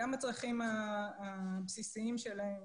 גם בצרכים הבסיסיים שלהם,